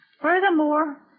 Furthermore